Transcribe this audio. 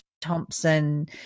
Thompson